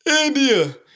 India